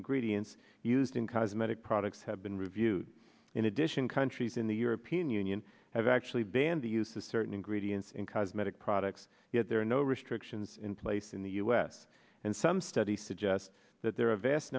ingredients used in cosmetic products have been reviewed in addition countries in the european union have actually banned the use of certain ingredients in cosmetic products yet there are no restrictions in place in the u s and some studies suggest that there are a vast